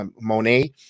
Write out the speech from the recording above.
Monet